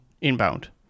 inbound